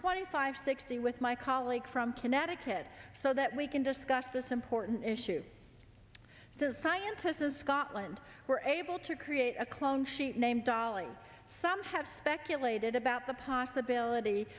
twenty five sixty with my colleague from connecticut so that we can discuss this important issue to scientists is scotland were able to create a clone she named dolly some have speculated about the possibility